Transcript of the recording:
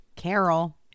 Carol